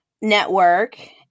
network